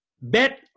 Bet